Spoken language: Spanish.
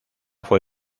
fue